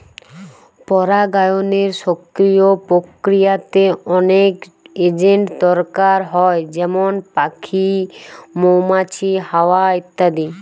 পরাগায়নের সক্রিয় প্রক্রিয়াতে অনেক এজেন্ট দরকার হয় যেমন পাখি, মৌমাছি, হাওয়া ইত্যাদি